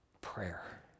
prayer